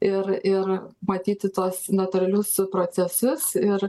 ir ir matyti tuos natūralius procesus ir